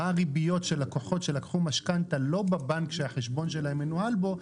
מה הריביות של לקוחות שלקחו משכנתא לא בבנק שהחשבון שלהם מנוהל בו,